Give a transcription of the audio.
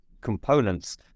components